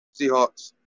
Seahawks